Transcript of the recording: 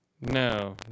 No